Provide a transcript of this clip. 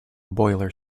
boiler